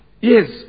yes